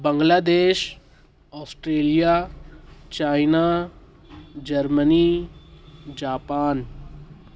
بنگلہ دیش Australia China Germany Japan